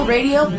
Radio